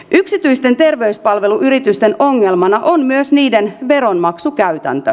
yksityisten terveyspalveluyritysten ongelmana on myös niiden veronmaksukäytäntö